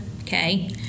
Okay